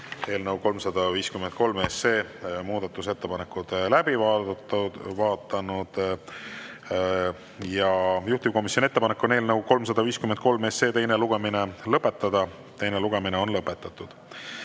eelnõu 353 muudatusettepanekud läbi vaadanud. Juhtivkomisjoni ettepanek on eelnõu 353 teine lugemine lõpetada. Teine lugemine on lõpetatud.